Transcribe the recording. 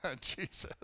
Jesus